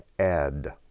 add